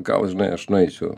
gal žinai aš nueisiu